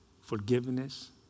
forgiveness